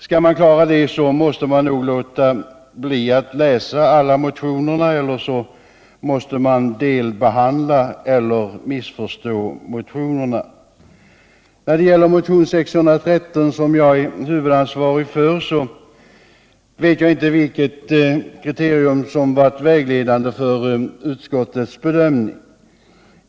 Skall man klara det måste man nog låta bli att läsa alla motioner, eller också måste man delbehandla eller missförstå en del motioner. När det gäller motionen 613, som jag är huvudansvarig för, vet jag inte vilket kriterium som varit vägledande för utskottets bedömning.